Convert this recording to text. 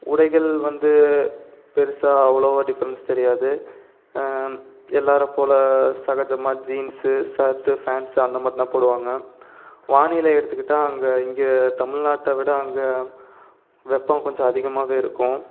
உடைகள் வந்து பெருசாக அவ்வளோவா டிஃப்ரெண்ட்ஸ் தெரியாது எல்லோர போல் சகஜமாக ஜீன்ஸ்ஸு ஷர்ட்டு ஃபேண்ட்ஸ்ஸு அந்தமாதிரி தான் போடுவாங்க வானிலை எடுத்துக்கிட்டால் அங்கே இங்கே தமிழ்நாட்டை விட அங்கே வெப்பம் கொஞ்சம் அதிகமாகவே இருக்கும்